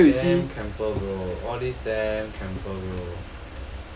damn camper bro all this damn camper bro